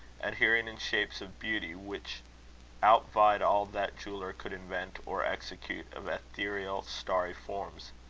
adhering in shapes of beauty which outvied all that jeweller could invent or execute of ethereal, starry forms,